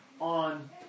on